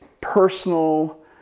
personal